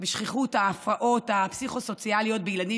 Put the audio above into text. בשכיחות ההפרעות הפסיכו-סוציאליות בילדים